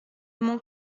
mon